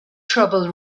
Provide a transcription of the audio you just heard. trouble